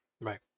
Right